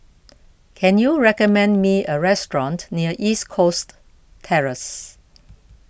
can you recommend me a restaurant near East Coast Terrace